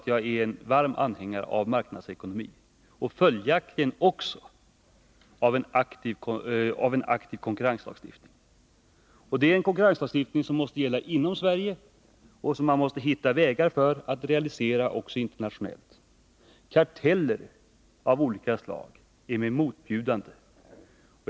Jag är en varm anhängare av marknadsekonomi och följaktligen också av en kraftfull konkurrenslagstiftning, både inom Sverige och internationellt. Konkurrensdödande karteller av olika slag är mig motbjudande.